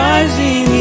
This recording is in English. Rising